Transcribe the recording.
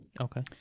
Okay